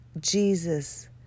jesus